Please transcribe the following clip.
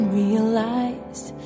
realized